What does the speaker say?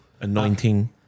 anointing